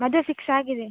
ಮದುವೆ ಫಿಕ್ಸ್ ಆಗಿದೆ